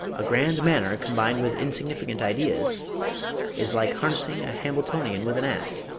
a grand manner combined with insignificant ideas is like harnessing a hambletonian with an ass.